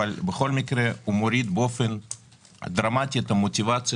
אבל בכל אופן הוא מוריד באופן דרמטי את המוטיבציה